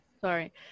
Sorry